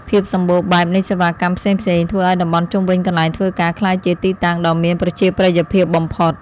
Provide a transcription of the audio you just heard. ភាពសម្បូរបែបនៃសេវាកម្មផ្សេងៗ ធ្វើឱ្យតំបន់ជុំវិញកន្លែងធ្វើការក្លាយជាទីតាំងដ៏មានប្រជាប្រិយភាពបំផុត។